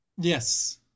yes